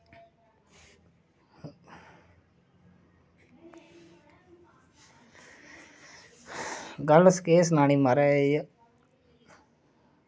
गल्ल केह् सनानी म्हाराज